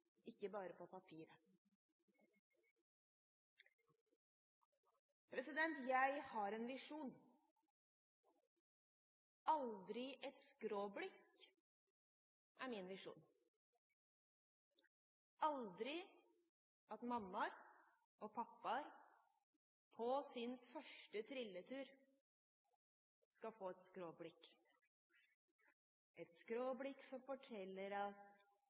ikke bare på papiret. Jeg har en visjon: «Aldri et skråblikk» er min visjon. Aldri skal en mamma og en pappa på sin første trilletur få et skråblikk, et skråblikk som forteller at